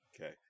Okay